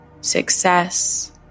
success